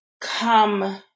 come